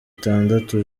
itandatu